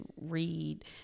read